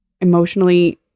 emotionally